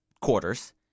quarters